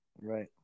right